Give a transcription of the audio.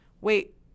wait